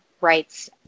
rights